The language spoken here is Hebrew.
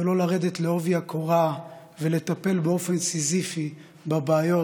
ולא להיכנס בעובי הקורה ולטפל באופן סיזיפי בבעיות